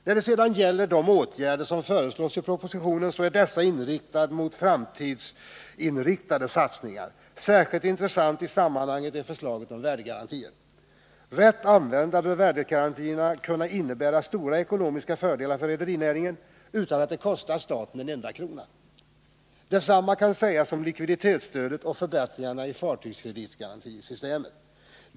När det sedan gäller de åtgärder som föreslås i propositionen så är dessa inriktade mot framtidsinriktade satsningar. Särskilt intressant i sammanhanget är förslaget om värdegarantier. Rätt använda bör värdegarantierna kunna innebära stora ekonomiska fördelar för rederinäringen utan att det kostar staten en enda krona. Detsamma kan sägas om likviditetsstödet och förbättringarna i fartygskreditgarantisystemet.